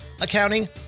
accounting